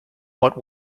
what